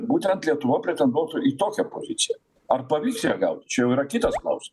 būtent lietuva pretenduotų į tokią poziciją ar pavyks ją gaut čia jau yra kitas klausimas